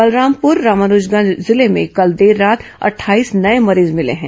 बलरामपुर रामानुजगंज जिले में कल देर रात अट्ठाईस नए मरीज मिले हैं